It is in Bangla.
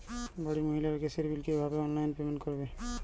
বাড়ির মহিলারা গ্যাসের বিল কি ভাবে অনলাইন পেমেন্ট করবে?